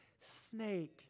snake